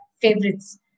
favorites